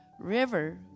river